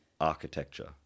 architecture